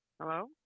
Hello